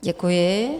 Děkuji.